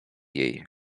jej